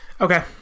Okay